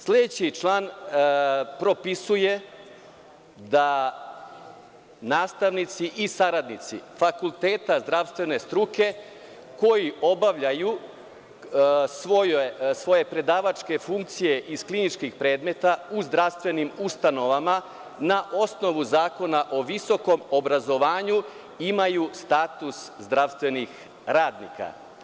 Sledeći član propisuje da nastavnici i saradnici fakulteta zdravstvene struke, koji obavljaju svoje predavačke funkcije iz kliničkih predmeta u zdravstvenim ustanovama, na osnovu Zakona o visokom obrazovanju, imaju status zdravstvenih radnika.